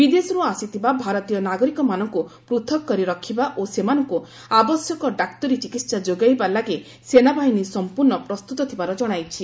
ବିଦେଶରୁ ଆସିଥିବା ଭାରତୀୟ ନାଗରିକମାନଙ୍କୁ ପୃଥକ୍ କରି ରଖିବା ଓ ସେମାନଙ୍କୁ ଆବଶ୍ୟକ ଡାକ୍ତରୀ ଚିକିତ୍ସା ଯୋଗାଇବା ଲାଗି ସେନାବାହିନୀ ସଂପୂର୍ଣ୍ଣ ପ୍ରସ୍ତୁତ ଥିବାର ଜଣାଇଛି